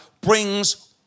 brings